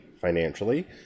financially